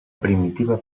primitiva